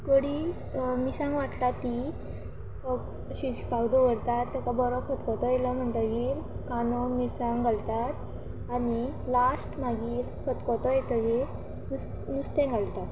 कडी मिरसांग वांट्टा ती शिजपाक दवरतात ताका बरो खतखतो आयलो म्हणटकच कांदो मिरसांग घालतात आनी लास्ट मागीर खतखतो येतकच नुस्त नुस्तें घालतात